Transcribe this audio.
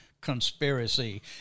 conspiracy